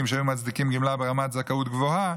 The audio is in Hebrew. שהיו מצדיקים גמלה ברמת זכאות גבוהה,